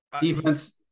Defense